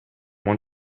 one